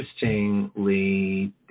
interestingly